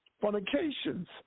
fornications